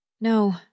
No